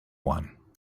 one